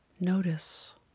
Notice